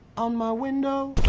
on my window.